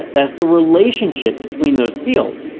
that's the relationship between those fields.